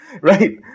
Right